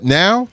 now